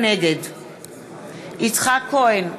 נגד יצחק כהן,